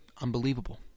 Unbelievable